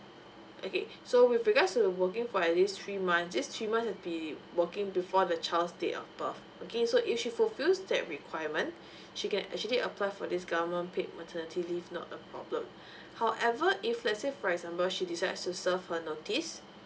okay so with regards to working for at least three months this three months will be working before the child's date of birth okay so if she fulfills that requirement she can actually apply for this government paid maternity leave not a problem however if let's say for example she decides to serve her notice